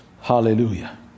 Hallelujah